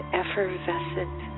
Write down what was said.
effervescent